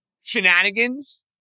Shenanigans